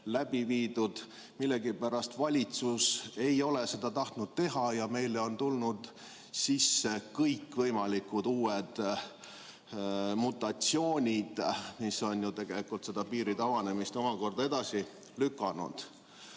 kiirteste. Millegipärast valitsus ei ole tahtnud seda teha. Ja meile on tulnud sisse kõikvõimalikud uued mutatsioonid, mis on ju tegelikult seda piiride avanemist omakorda edasi lükanud.